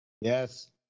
Yes